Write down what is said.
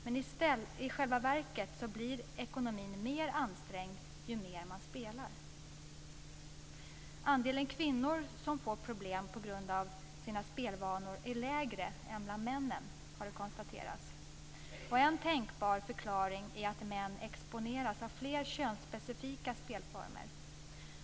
Men i själva verket blir ekonomin desto mer ansträngd ju mer man spelar. Andelen kvinnor som får problem på grund av sina spelvanor är lägre än bland männen, har det konstaterats. En tänkbar förklaring är att män exponeras av fler könsspecifika spelformer.